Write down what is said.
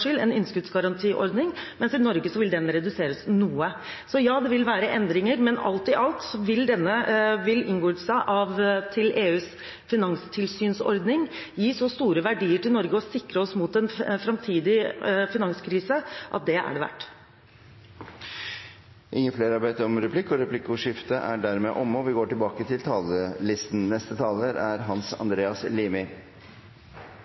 skyld – sikre småsparere i EU en innskuddsgarantiordning, mens i Norge vil den reduseres noe. Det vil være endringer, men alt i alt vil inngåelse i EUs finanstilsynsordning gi så store verdier til Norge – og sikre oss mot en framtidig finanskrise – at det er det verdt. Dermed er replikkordskiftet omme. EØS-avtalen ble ratifisert av Stortinget 16. oktober 1992. Etter to dagers intens debatt og sterke motsetninger ble det et overveldende flertall for å knytte Norge til